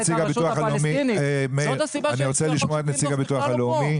פעולות איבה (תיקון - זכאות לתגמולים